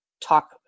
talk